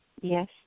Yes